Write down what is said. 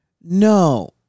no